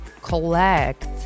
collect